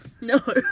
No